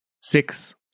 six